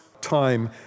time